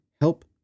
help